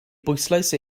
bwyslais